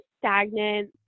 stagnant